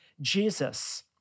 Jesus